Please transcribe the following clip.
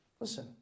Listen